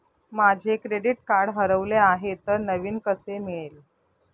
माझे credit card हरवले आहे तर नवीन कसे मिळेल?